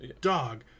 dog